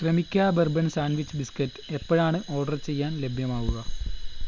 Cremica bourbon sandwich biscuit എപ്പോഴാണ് order ചെയ്യാൻ ലഭ്യമാവുക